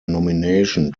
nomination